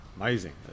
amazing